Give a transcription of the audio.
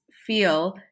feel